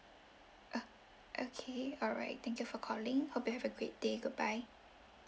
oh okay alright thank you for calling hope you have a great day goodbye